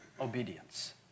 obedience